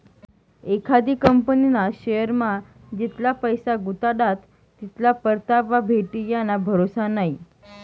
एखादी कंपनीना शेअरमा जितला पैसा गुताडात तितला परतावा भेटी याना भरोसा नै